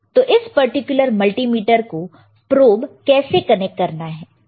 तो इस particular multimeter को प्रोब कैसे कनेक्ट करना है